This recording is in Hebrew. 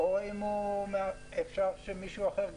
או אם אפשר להקצות תדר זה גם למישהו אחר.